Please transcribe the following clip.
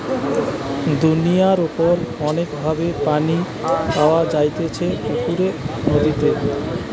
দুনিয়ার উপর অনেক ভাবে পানি পাওয়া যাইতেছে পুকুরে, নদীতে